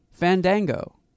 Fandango